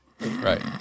Right